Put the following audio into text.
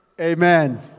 Amen